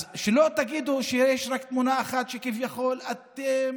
אז שלא תגידו שיש רק תמונה אחת, שכביכול אתם